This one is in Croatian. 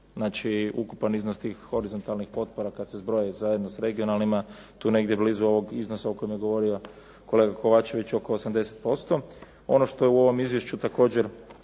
podatak ukupan iznos tih horizontalnih potpora kad se zbroje zajedno s regionalnima tu negdje blizu ovog iznosa o kojem je govorio kolega Kovačević oko 80%. Ono što u ovom izvješću također